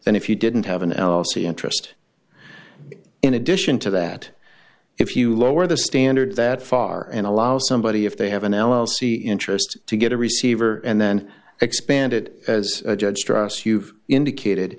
than if you didn't have an l c interest in addition to that if you lower the standards that far and allow somebody if they have an l l c interest to get a receiver and then expand it as a judge stress you've indicated